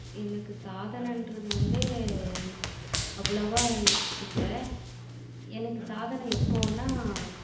எனக்கு சாதனைன்றது வந்து அவ்வளோவா இல் இல்லை எனக்கு சாதனை எப்போன்னால்